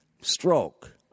Stroke